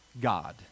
God